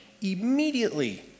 immediately